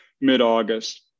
mid-August